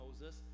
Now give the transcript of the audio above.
Moses